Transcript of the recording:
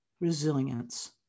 resilience